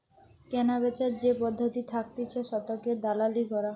কেনাবেচার যে পদ্ধতি থাকতিছে শতকের দালালি করা